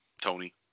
Tony